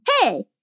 Hey